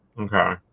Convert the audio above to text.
Okay